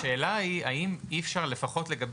השאלה היא, האם אי אפשר לעגן